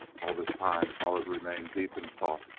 all this time pollard remained deep in thought.